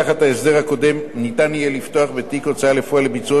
תחת ההסדר הקודם ניתן יהיה לפתוח בתיק הוצאה לפועל לביצועו